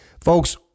Folks